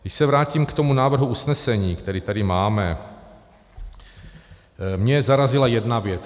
Když se vrátím k návrhu usnesení, které tady máme, mě zarazila jedna věc.